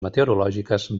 meteorològiques